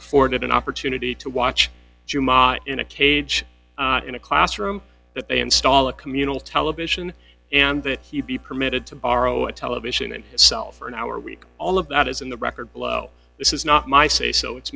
afforded an opportunity to watch in a cage in a classroom that they install a communal television and that he be permitted to borrow a television and sell for an hour a week all of that is in the record below this is not my say so it's